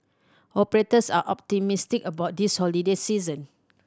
operators are optimistic about this holiday season